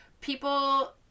people